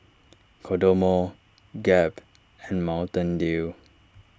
Kodomo Gap and Mountain Dew